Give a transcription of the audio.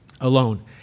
alone